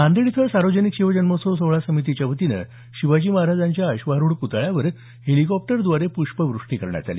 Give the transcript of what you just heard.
नांदेड इथं सार्वजनिक शिवजन्मोत्सव सोहळा समितीच्या वतीनं शिवाजी महाराजांच्या अश्वारूढ पुतळ्यावर हेलिकॉप्टरद्वारे पुष्पवृष्टी करण्यात आली